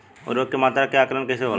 उर्वरक के मात्रा के आंकलन कईसे होला?